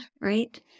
right